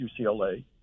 UCLA